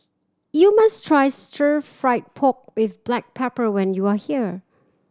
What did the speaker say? you must try Stir Fried Pork With Black Pepper when you are here